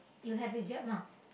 you have a jab lah